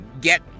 Get